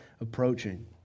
approaching